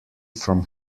from